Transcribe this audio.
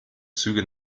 züge